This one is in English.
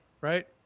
right